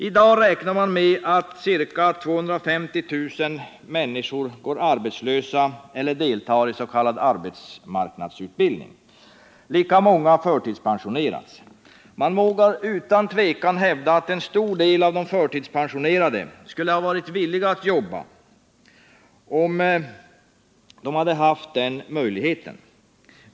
I dag räknar man med att ca 250 000 människor går arbetslösa eller deltar i s.k. arbetsmarknadsutbildning. Lika många människor förtidspensioneras. Man vågar utan tvekan hävda att en stor del av de förtidspensionerade skulle ha varit villiga att jobba om de haft den möjligheten.